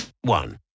one